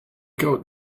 got